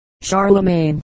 Charlemagne